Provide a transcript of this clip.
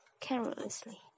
carelessly